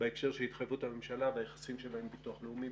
בהקשר של התחייבות הממשלה ביחסים שלה עם ביטוח לאומי.